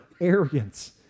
arrogance